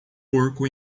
porco